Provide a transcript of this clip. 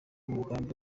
umugambi